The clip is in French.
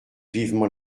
vivement